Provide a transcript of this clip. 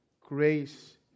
grace